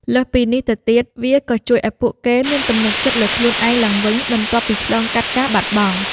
លើសពីនេះទៅទៀត វាក៏ជួយឱ្យពួកគេមានទំនុកចិត្តលើខ្លួនឯងឡើងវិញបន្ទាប់ពីឆ្លងកាត់ការបាត់បង់។